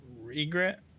Regret